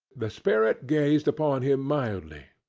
the spirit gazed upon him mildly.